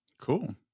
cool